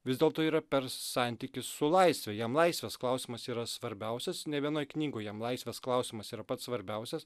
vis dėlto yra per santykį su laisve jam laisvės klausimas yra svarbiausias ne vienoj knygoj jam laisvės klausimas yra pats svarbiausias